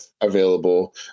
available